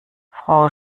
frau